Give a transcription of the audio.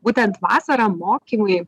būtent vasarą mokymui